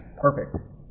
perfect